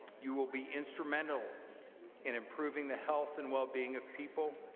you will be instrumental in improving the health and well-being of people,